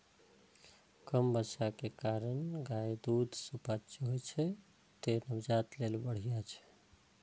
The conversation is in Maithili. कम बसा के कारणें गायक दूध सुपाच्य होइ छै, तें नवजात लेल बढ़िया छै